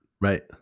right